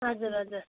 हजुर हजुर